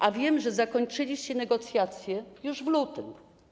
A wiem, że zakończyliście negocjacje już w lutym.